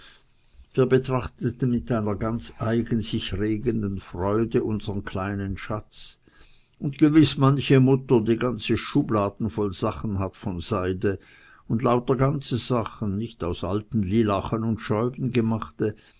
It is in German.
wir betrachteten mit einer ganz eigen sich regenden freude unsern kleinen schatz und gewiß manche mutter die ganze schubladen voll sachen hat von seide und lauter ganze sachen nicht aus alten lylachen und scheuben gemachte